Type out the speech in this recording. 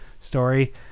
story